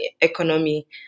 economy